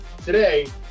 Today